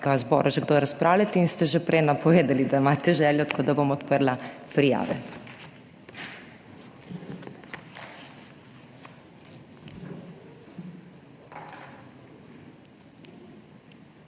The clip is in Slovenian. zbora še kdo razpravljati. In ste že prej napovedali, da imate željo, tako da bom odprla prijave.